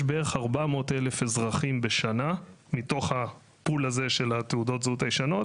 יש בערך 400,000 אזרחים בשנה מתוך ה-pool של תעודות הזהות הישנות,